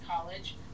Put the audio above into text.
college